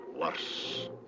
worse